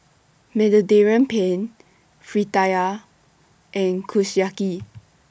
Mediterranean Penne Fritada and Kushiyaki